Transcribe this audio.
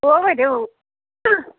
অ' বাইদেউ